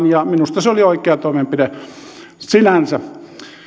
ja minusta se oli oikea toimenpide sinänsä